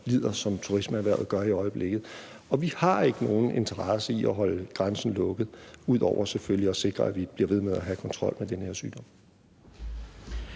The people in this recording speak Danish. som turismeerhvervet gør i øjeblikket, og vi har ikke nogen interesse i at holde grænsen lukket, ud over selvfølgelig at sikre, at vi bliver ved med at have kontrol med den her sygdom.